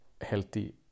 healthy